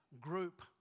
group